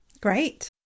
Great